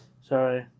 Sorry